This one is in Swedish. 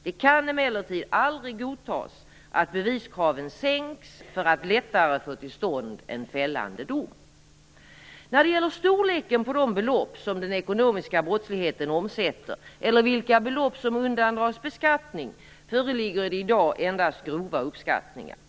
Det kan emellertid aldrig godtas att beviskraven sänks för att lättare få till stånd en fällande dom. När det gäller storleken på de belopp som den ekonomiska brottsligheten omsätter eller vilka belopp som undandras beskattning föreligger det i dag endast grova uppskattningar.